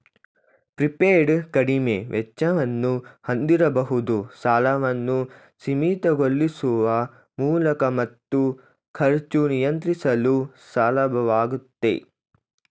prepaid ಕಡಿಮೆ ವೆಚ್ಚವನ್ನು ಹೊಂದಿರಬಹುದು ಸಾಲವನ್ನು ಸೀಮಿತಗೊಳಿಸುವ ಮೂಲಕ ಮತ್ತು ಖರ್ಚು ನಿಯಂತ್ರಿಸಲು ಸುಲಭವಾಗುತ್ತೆ